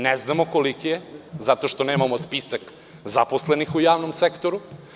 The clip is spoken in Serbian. Ne znamo koliki je zato što nemamo spisak zaposlenih u javnom sektoru.